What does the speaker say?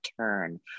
turn